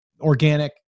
organic